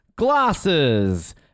Glasses